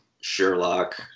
Sherlock